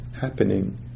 happening